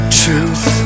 truth